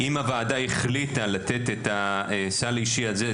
אם הוועדה החליטה לתת את הסל האישי הזה,